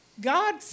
God